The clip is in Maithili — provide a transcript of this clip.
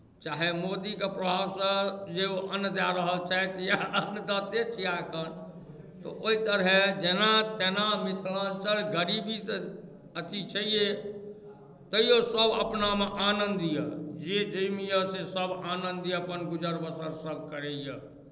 चाहे मोदीके प्रभावसँ जे ओ अन्न दए रहल छथि जे अन्नदाते छिआह एखन तऽ ओहि तरहे जेना तेना मिथलाञ्चलसँ गरीबी तऽ अथी छैहे तैओ सभ अपनामे आनन्द यए जे जाहिमे यए से सभ आनन्द यए अपन गुजर बसर अपन करैए